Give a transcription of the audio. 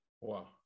Wow